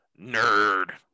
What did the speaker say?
Nerd